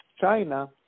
China